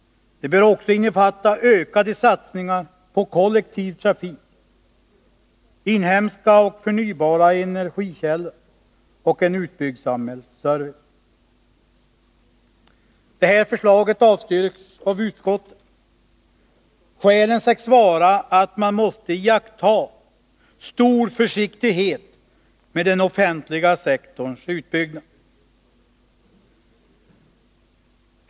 Det bör också innefatta ökade satsningar på kollektiv trafik, inhemska och förnybara energikällor och en utbyggd samhällsservice. Det här förslaget avstyrks av utskottet. Skälet sägs vara att man måste iaktta stor försiktighet med den offentliga sektorns utbyggnad.